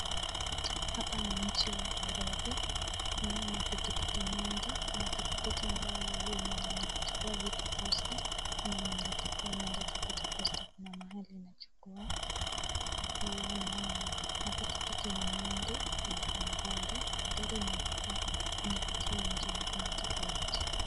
Hapa ni mji wa Nairobi. Naona mapikipiki mingi, kuna pikipiki ambayo inachukua vitu posta ama inaweza kuwa inaleta vitu posta, kuna mahali inachukua, hapa pia naona mapikipiki ni nyingi kuliko magari, magari inaweza kuwa inapitia njia ingine tofauti.